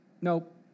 nope